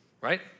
Right